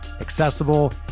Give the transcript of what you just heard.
accessible